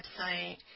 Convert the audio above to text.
website